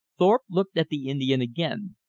thorpe looked at the indian again.